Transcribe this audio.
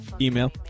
Email